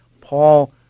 Paul